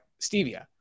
stevia